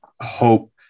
hope